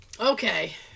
Okay